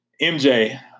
MJ